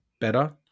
better